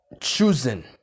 choosing